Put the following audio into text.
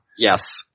Yes